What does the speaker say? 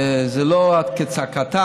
וזה לא כצעקתה.